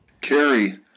Carrie